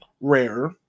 rare